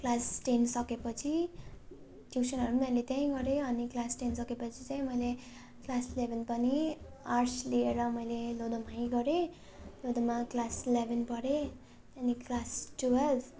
class ten सकेपछि ट्युसनहरू पनि मैले त्यहीँ गरेँ अनि क्लास टेन सकेपछि चाहिँ मैले क्लास इलेभेन पनि आर्ट्स लिएर मैले लोधोमामै गरेँ लोधोमा क्लास इलेभेन पढेँ अनि क्लास ट्वेल्भ